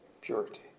Purity